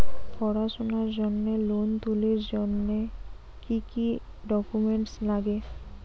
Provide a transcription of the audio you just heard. পড়াশুনার জন্যে লোন তুলির জন্যে কি কি ডকুমেন্টস নাগে?